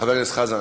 חבר הכנסת חזן,